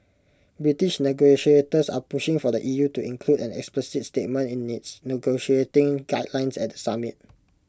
British negotiators are pushing for the E U to include an explicit statement in its negotiating guidelines at the summit